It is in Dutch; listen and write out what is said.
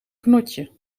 knotje